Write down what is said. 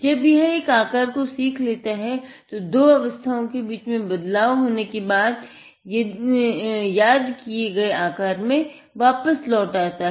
जब यह एक आकार को सीख लेता हैतो दो अवस्थाओं के बीच में बदलाव होने के बाद यह याद किये गए आकार में वापस लौट जाता है